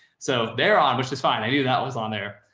so they're on, which is fine. i knew that was on there,